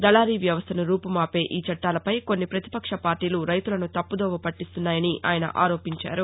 దళారీ వ్యవస్లను రూపుమాపే ఈ చట్లాలపై కొన్ని పతిపక్ష పార్టీలు రైతులను తప్పుదోవ పట్టిస్తున్నాయని ఆయన ఆరోపించారు